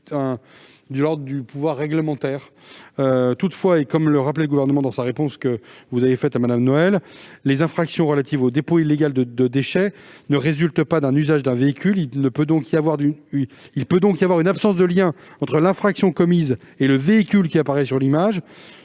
du pouvoir réglementaire. Surtout, comme le Gouvernement l'a rappelé dans sa réponse à une question écrite de Mme Noël, les infractions relatives au dépôt illégal de déchets ne résultent pas de l'usage d'un véhicule : il peut donc y avoir une absence de lien entre l'infraction commise et le véhicule qui apparaît sur l'image.